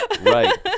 right